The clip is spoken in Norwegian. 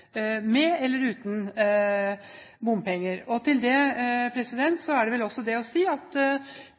med eller uten bompenger. Til det er det vel også det å si: